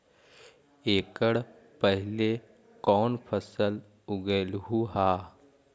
एकड़ पहले कौन फसल उगएलू हा?